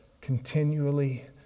continually